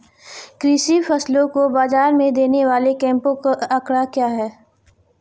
कृषि फसलों को बाज़ार में देने वाले कैंपों का आंकड़ा क्या है?